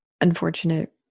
unfortunate